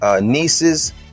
Nieces